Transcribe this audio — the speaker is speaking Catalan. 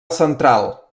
central